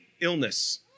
illness